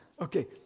okay